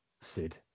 Sid